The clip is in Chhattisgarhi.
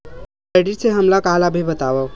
क्रेडिट से हमला का लाभ हे बतावव?